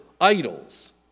idols